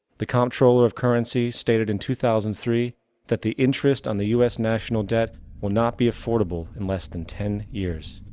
the controller of currencies stated in two thousand and three that the interest on the us national debt will not be affordable in less than ten years.